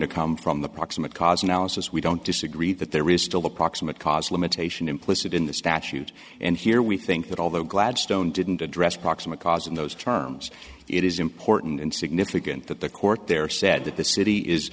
to come from the proximate cause analysis we don't disagree that there is still a proximate cause limitation implicit in the statute and here we think that although gladstone didn't address proximate cause in those terms it is important and significant that the court there said that the city is